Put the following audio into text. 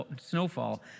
snowfall